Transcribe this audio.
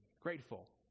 grateful